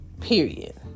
period